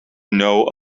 know